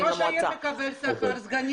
ראש העיר מקבל שכר והסגנים מקבלים.